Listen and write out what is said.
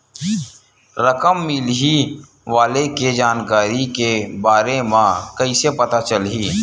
रकम मिलही वाले के जानकारी के बारे मा कइसे पता चलही?